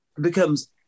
becomes